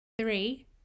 Three